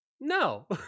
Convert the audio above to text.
no